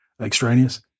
extraneous